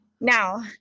Now